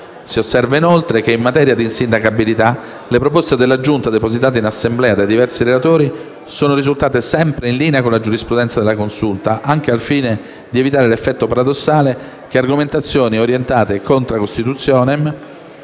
Si osserva inoltre che, in materia di insindacabilità, le proposte della Giunta depositate in Assemblea dai diversi relatori sono risultate sempre in linea con la giurisprudenza della Consulta, anche al fine di evitare l'effetto paradossale che argomentazioni orientate *contra costitutionem*